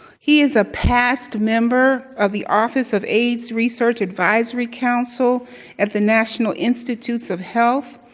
he is a past member of the office of aids research advisory council at the national institutes of health,